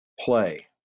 play